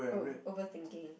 ov~ overthinking